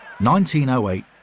1908